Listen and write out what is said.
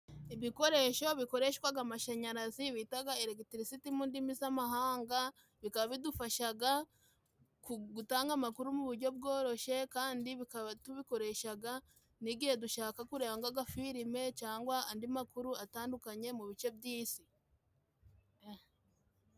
Ibikoresho bikoreshwaga amashanyarazi bitaga elegiterisite mu ndimi z'amahanga. Bikaba bidufashaga gutanga amakuru mu buryo bworoshye, kandi bukaba tubikoreshaga n'igihe dushaka kureba nk'agafilime cyangwa andi makuru atandukanye mu bice by'isi.